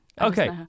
Okay